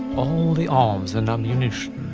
all the arms and ammunitions